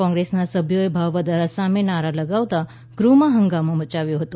કોંગ્રેસના સભ્યોએ ભાવ વધારા સામે નારા લગાવતા ગૃહમાં હંગામો મયાવ્યો હતો